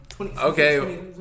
Okay